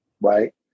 Right